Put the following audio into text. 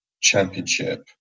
Championship